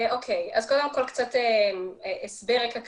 קודם כל קצת רקע כללי.